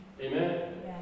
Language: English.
Amen